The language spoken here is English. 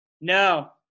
No